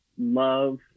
love